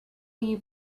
you